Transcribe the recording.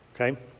okay